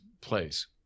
place